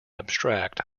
abstract